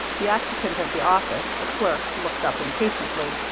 the occupant of the office, a clerk, looked up impatiently,